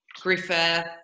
Griffith